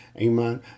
Amen